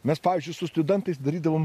mes pavyzdžiui su studentais darydavom